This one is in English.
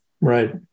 right